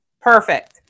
Perfect